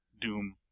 doom